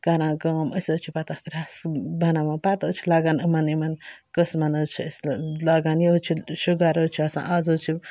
کَران کٲم أسۍ حظ چھِ پَتہٕ تَتھ رَس بَناوان پَتہٕ حظ چھِ لگان یِمَن یِمَن قٕسمَن حظ چھِ أسۍ لاگان یہِ حظ چھِ شُگَر حظ چھِ آسان اَز حظ چھِ